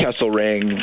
Kesselring